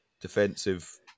defensive